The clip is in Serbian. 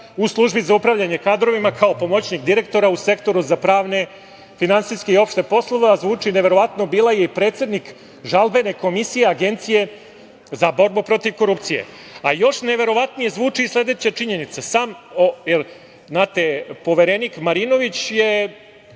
u službi za upravljanje kadrovima kao pomoćnik direktora u Sektoru za pravne, finansijske i opšte poslove, a zvuči neverovatno, bila je i predsednik žalbene komisije Agencije za borbu protiv korupcije. Još neverovatnije zvuči sledeća činjenica, jer znate, sam poverenik Marinović je